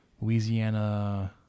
Louisiana